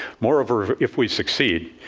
moreover, if we succeed,